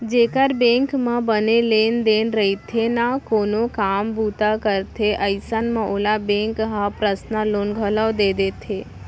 जेकर बेंक म बने लेन देन रइथे ना कोनो काम बूता करथे अइसन म ओला बेंक ह पर्सनल लोन घलौ दे देथे